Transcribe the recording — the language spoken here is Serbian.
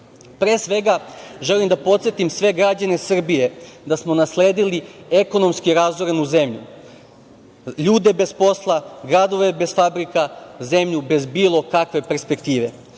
Pre svega, želim da podsetim sve građane Srbije da smo nasledili ekonomski razorenu zemlju, ljude bez posla, gradove bez fabrika, zemlju bez bilo kakve perspektive.